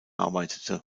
arbeitete